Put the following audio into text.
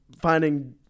finding